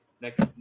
Next